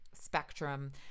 spectrum